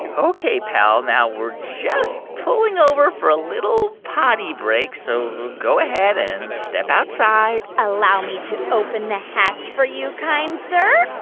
ok, pal, now we're just pulling over for a little potty break, so go ahead and step outside allow me to open the hatch for you, kind sir